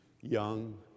young